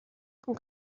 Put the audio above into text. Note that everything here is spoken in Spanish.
con